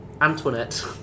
Antoinette